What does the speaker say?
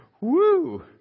Woo